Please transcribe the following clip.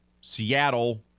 Seattle